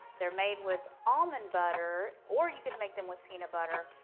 they're made with almond butter or you could make them with peanut butter,